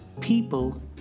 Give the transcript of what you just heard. people